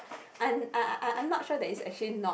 I I I I I'm not sure that it's actually not